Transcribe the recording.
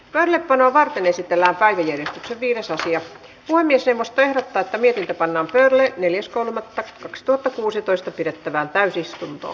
pari päivää varten esitellä päivisin se vie sofia puhemies hevosten rattaita vietiin ja panna verolle neljäs korvata kaksituhattakuusitoista pidettävään täysistunto